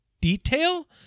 detail